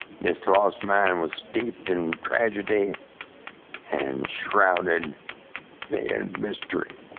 this lost mine was steeped in tragedy and shrouded in mystery.